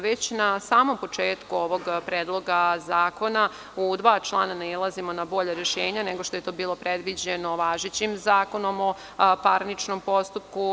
Već na samom početku ovog predloga zakona, u dva člana nailazimo na bolja rešenja, nego što je to bilo predviđeno važećim Zakonom o parničnom postupku.